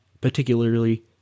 particularly